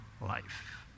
life